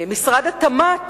משרד התמ"ת,